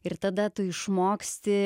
ir tada tu išmoksti